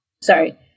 sorry